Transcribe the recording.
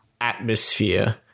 atmosphere